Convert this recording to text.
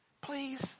Please